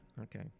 okay